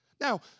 Now